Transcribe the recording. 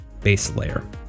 baselayer